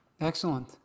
Excellent